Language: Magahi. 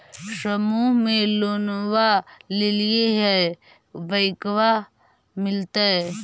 समुह मे लोनवा लेलिऐ है बैंकवा मिलतै?